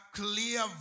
clear